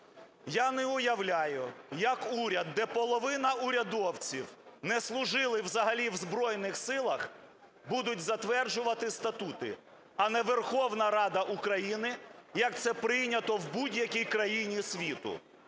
Я не уявляю як уряд, де половина урядовців не служили взагалі в Збройних Силах, будуть затверджувати статути, а не Верховна Рада України – як це прийнято в будь-якій країні світу.